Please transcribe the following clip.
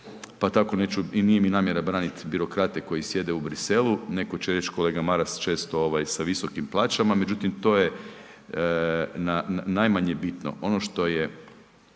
neću i nije mi namjera braniti birokrate koji sjede u Bruxellesu. Neko će reći, kolega Maras često, sa visokim plaćama, međutim to je najmanje bitno. Ono što je